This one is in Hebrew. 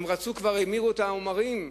אז המירו את העומרים,